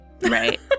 Right